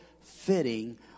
fitting